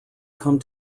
come